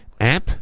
App